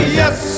yes